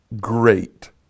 great